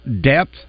depth